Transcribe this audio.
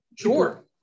sure